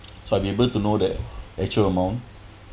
so I'll able to know that actual amount